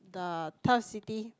the Turf City